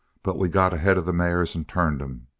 but we got ahead of the mares and turned em.